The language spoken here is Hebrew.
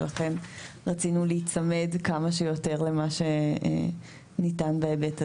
ולכן רצינו להיצמד כמה שיותר שניתן בהיבט הזה.